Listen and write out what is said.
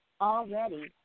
already